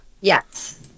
Yes